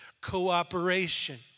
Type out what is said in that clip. cooperation